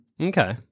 Okay